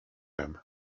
him